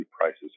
prices